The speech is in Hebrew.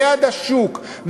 ליד השוק,